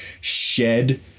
shed